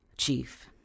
Chief